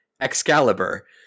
Excalibur